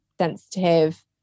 sensitive